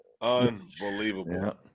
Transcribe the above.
Unbelievable